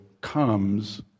Comes